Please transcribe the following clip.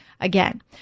again